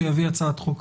שיביא הצעת חוק.